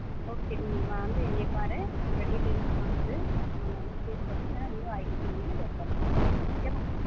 okay நீ வந்து என்னை பாரு உன்னோட டீடைல்ஸெல்லாம் கொடு நாங்கள் வந்து தேடி பார்த்துட்டு இல்லைன்னா நியூ ஐடி கார்டுக்கு வந்து ஏற்பாடு பண்ணுறோம் ஓகேவா